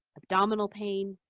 abdominal pain,